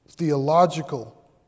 theological